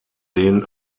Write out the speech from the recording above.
den